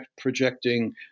projecting